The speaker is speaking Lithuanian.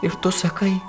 ir tu sakai